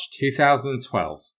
2012